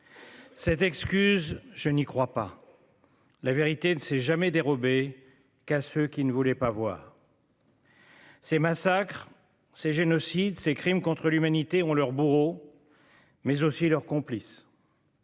Cette excuse je n'y crois pas. La vérité ne s'est jamais dérobé qu'à ceux qui ne voulaient pas voir. Ces massacres ces génocides ces crimes contre l'humanité ont leur bourreau. Mais aussi leurs complices.